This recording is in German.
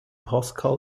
pascal